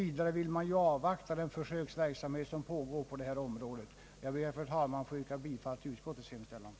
Vidare vill man avvakta den försöksverksamhet som pågår. Jag ber därför, herr talman, att få yrka bifall till utskottets hemställan.